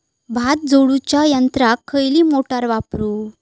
भात झोडूच्या यंत्राक खयली मोटार वापरू?